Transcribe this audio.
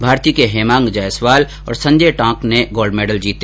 भारती के हेमांग जायसवाल और संजय टांक ने गोल्ड मेडल जीते